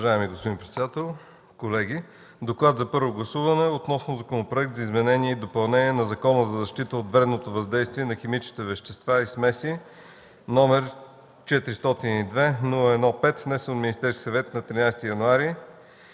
относно първо гласуване на Законопроект за изменение и допълнение на Закона за защита от вредното въздействие на химичните вещества и смеси, № 402-01-5, внесен от Министерския съвет на 13 януари